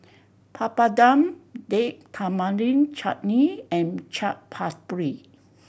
Papadum Date Tamarind Chutney and Chaat Papri